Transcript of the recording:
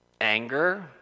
anger